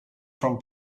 from